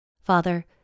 Father